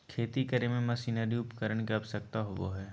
खेती करे में मशीनरी उपकरण के आवश्यकता होबो हइ